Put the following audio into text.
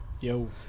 Yo